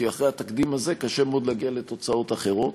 כי אחרי התקדים הזה קשה מאוד להגיע לתוצאות אחרות.